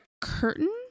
curtain